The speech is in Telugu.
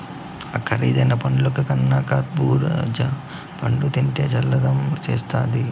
కరీదైన పండ్లకన్నా కర్బూజా పండ్లు తింటివా చల్లదనం చేస్తాది